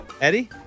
Eddie